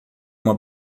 uma